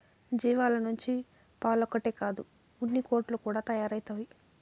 జీవాల నుంచి పాలొక్కటే కాదు ఉన్నికోట్లు కూడా తయారైతవి